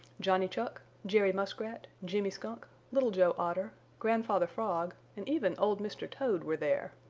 johnny chuck, jerry muskrat, jimmy skunk, little joe otter, grandfather frog and even old mr. toad, were there.